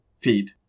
feed